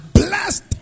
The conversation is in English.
blessed